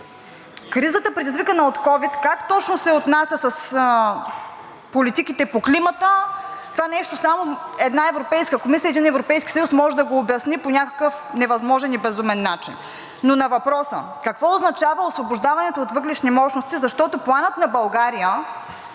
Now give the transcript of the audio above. Кризата, предизвикана от ковид, как точно се отнася с политиките по климата – това нещо само една Европейска комисия и един Европейски съюз може да го обясни по някакъв невъзможен и безумен начин! Но на въпроса: какво означава освобождаването от въглищни мощности, защото Планът на България